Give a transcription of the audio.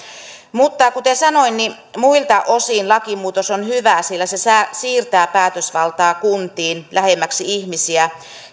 mutta kuten sanoin muilta osin lakimuutos on hyvä sillä se siirtää päätösvaltaa kuntiin lähemmäksi ihmisiä